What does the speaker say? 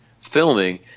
filming